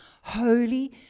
holy